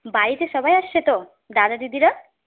বাড়িতে সবাই আসছে তো দাদা দিদিরা